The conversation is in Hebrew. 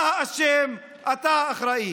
אתה האשם, אתה אחראי.